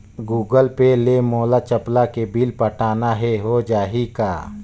Google Pay ले मोल चपला के बिल पटाना हे, हो जाही का?